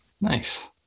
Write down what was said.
Nice